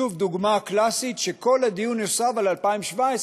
שוב דוגמה קלאסית שכל הדיון יוסב על 2017,